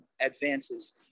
advances